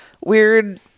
weird